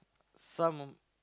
some